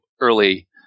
early